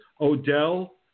Odell